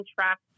track